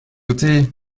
côté